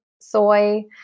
soy